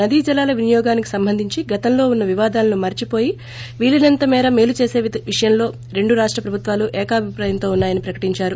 నదీ జలాల వినియోగానికి సంబంధించి గతంలో ఉన్న వివాదాలను మరిచిపోయి వీలైనంత మేర మేలు చేసే విషయంలో రెండు రాష్ట ప్రభుత్వాలు ఏకాభిప్రాయంతో ఉన్నా యని ప్రకటించారు